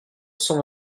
cent